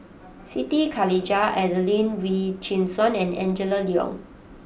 Siti Khalijah Adelene Wee Chin Suan and Angela Liong